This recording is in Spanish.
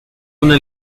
una